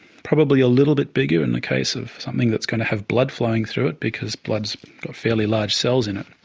probably a little bit bigger in the case of something that's going to have blood flowing through it, because blood has fairly large cells in it.